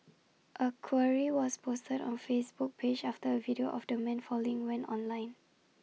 A query was posted on Facebook page after A video of the man falling went online